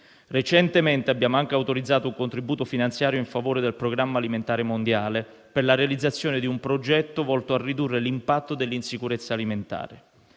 Recentemente abbiamo anche autorizzato un contributo finanziario in favore del Programma alimentare mondiale per la realizzazione di un progetto volto a ridurre l'impatto dell'insicurezza alimentare.